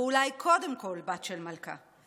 ואולי קודם כול בת של מלכה,